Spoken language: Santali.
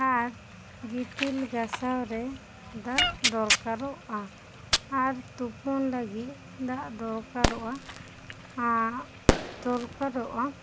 ᱟᱨ ᱜᱤᱛᱤᱞ ᱜᱟᱥᱟᱣ ᱨᱮ ᱫᱟᱜ ᱫᱚᱨᱠᱟᱨᱚᱜᱼᱟ ᱟᱨ ᱛᱩᱯᱩᱱ ᱞᱟᱹᱜᱤᱫ ᱫᱟᱜ ᱫᱚᱨᱠᱟᱨᱚᱜᱼᱟ ᱟᱨ ᱫᱚᱨᱠᱟᱨᱚᱜᱼᱟ